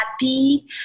Happy